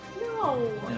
no